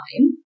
time